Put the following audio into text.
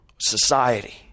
society